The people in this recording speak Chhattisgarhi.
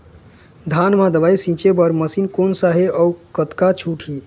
धान म दवई छींचे बर मशीन कोन सा हे अउ कतका छूट हे?